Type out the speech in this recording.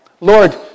Lord